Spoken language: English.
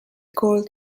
called